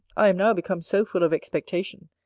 i am now become so full of expectation,